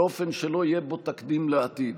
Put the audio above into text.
באופן שלא יהיה בו תקדים לעתיד.